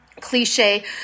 cliche